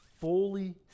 fully